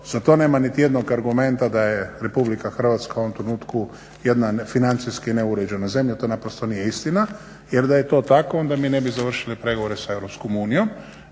za to nema nitijednog argumenta da je RH u ovom trenutku jedna financijski neuređena zemlja. To naprosto nije istina. Jer da je to tako onda mi ne bi završili pregovore sa EU iz